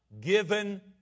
given